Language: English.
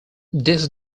this